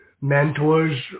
mentors